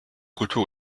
kultur